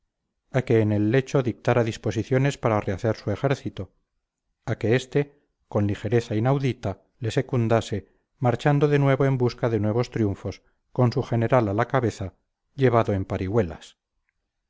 a que en el lecho dictara disposiciones para rehacer su ejército a que este con ligereza inaudita le secundase marchando de nuevo en busca de nuevos triunfos con su general a la cabeza llevado en parihuelas